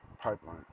Pipeline